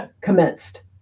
commenced